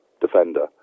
defender